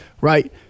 right